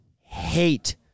hate